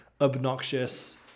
obnoxious